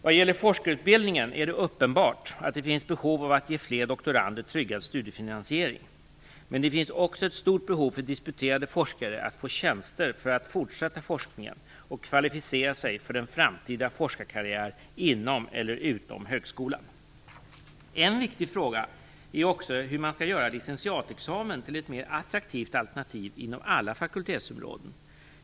Vad gäller forskarutbildningen är det uppenbart att det finns behov att ge fler doktorander tryggad studiefinansiering. Men det finns också ett stort behov för disputerade forskare att få tjänster för att fortsätta forskningen och kvalificera sig för en framtida forskarkarriär inom eller utom högskolan. En viktig fråga är också hur man skall göra licentiatexamen till ett mer attraktivt alternativ inom alla fakultetsområden.